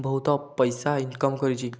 ବହୁତ ପଇସା ଇନକମ୍ କରିଛି